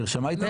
נרשמה התנצלות.